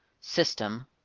system